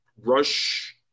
rush